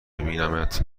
بینمت